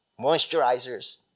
moisturizers